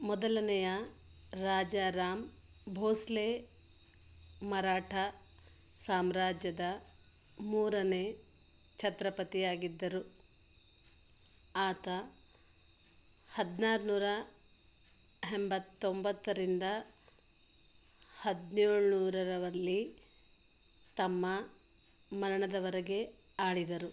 ಮೊದಲನೆಯ ರಾಜಾರಾಮ್ ಭೋಂಸ್ಲೆ ಮರಾಠಾ ಸಾಮ್ರಾಜ್ಯದ ಮೂರನೇ ಛತ್ರಪತಿಯಾಗಿದ್ದರು ಆತ ಹದಿನಾರು ನೂರ ಎಂಬತ್ತೊಂಬತ್ತರಿಂದ ಹದಿನೇಳು ನೂರರಲ್ಲಿ ತಮ್ಮ ಮರಣದವರೆಗೆ ಆಳಿದರು